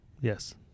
Yes